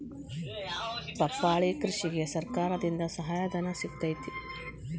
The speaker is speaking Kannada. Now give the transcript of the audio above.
ಪಪ್ಪಾಳಿ ಕೃಷಿಗೆ ಸರ್ಕಾರದಿಂದ ಸಹಾಯಧನ ಸಿಗತೈತಿ